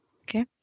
okay